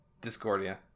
Discordia